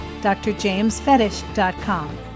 DrJamesFetish.com